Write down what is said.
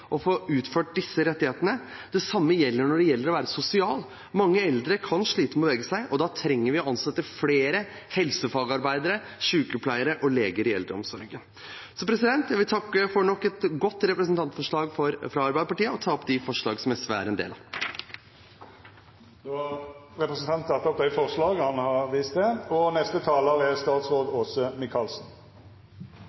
å få oppfylt disse rettighetene. Det samme gjelder det å kunne være sosial. Mange eldre kan slite med å bevege seg. Da trenger man å ansette flere helsefagarbeidere, sykepleiere og leger i eldreomsorgen. Jeg vil takke for nok et godt representantforslag fra Arbeiderpartiet og anbefale mindretallsforslaget, som også SV står bak. Dette representantforslaget påpeker noe vi alle er opptatt av. Ensomhet er en stor utfordring i vårt samfunn. Regjeringen har